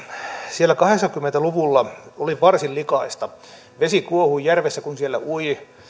siellä kahdeksankymmentä luvulla oli varsin likaista vesi kuohui järvessä kun siellä ui